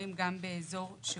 באזור שהוא